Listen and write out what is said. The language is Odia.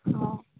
ହଁ